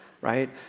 Right